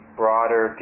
broader